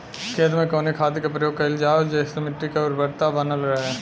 खेत में कवने खाद्य के प्रयोग कइल जाव जेसे मिट्टी के उर्वरता बनल रहे?